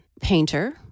painter